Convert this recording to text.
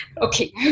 Okay